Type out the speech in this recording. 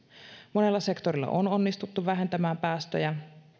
monella sektorilla on onnistuttu vähentämään päästöjä